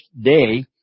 day